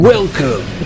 Welcome